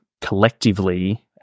collectively-